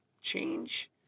change